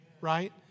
right